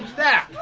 that?